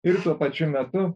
ir tuo pačiu metu